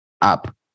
up